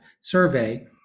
survey